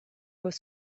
was